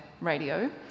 radio